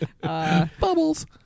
Bubbles